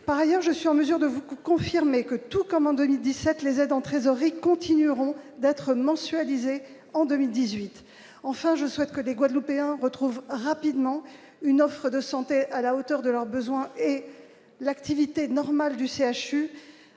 par ailleurs, je suis en mesure de vous confirmer que tout comme en 2017 les aides en trésorerie continueront d'être mensualisé en 2018, enfin, je souhaite que les Guadeloupéens retrouve rapidement une offre de santé à la hauteur de leurs besoins et l'activité normale du CHU